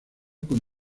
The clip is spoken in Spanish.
con